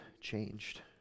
changed